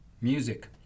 Music